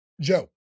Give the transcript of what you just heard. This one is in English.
Joe